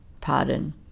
pardon